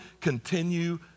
continue